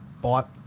bought